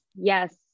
yes